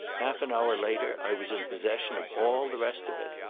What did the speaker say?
half an hour later i was in possession of all the rest of it.